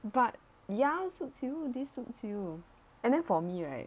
but ya suits you this suits you and then for me right